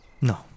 no